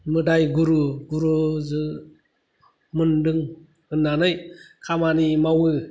मोदाय गुरु गुरुजो मोनदों होन्नानै खामानि मावो